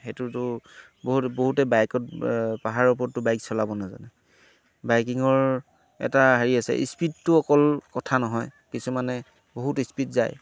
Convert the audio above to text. সেইটোতো বহুত বহুতে বাইকত পাহাৰৰ ওপৰতটো বাইক চলাব নাজানে বাইকিঙৰ এটা হেৰি আছে ইস্পীডটো অকল কথা নহয় কিছুমানে বহুত ইস্পীড যায়